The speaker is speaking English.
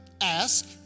ask